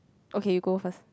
okay you go first